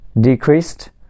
decreased